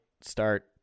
start